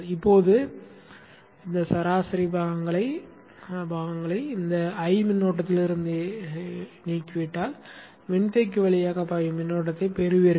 இப்போது இந்த சராசரி கூறுகளை இந்த I மின்னோட்டத்திலிருந்து நீக்கினால் மின்தேக்கி வழியாக பாயும் மின்னோட்டத்தைப் பெறுவீர்கள்